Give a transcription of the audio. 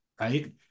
right